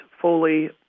fully